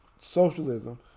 socialism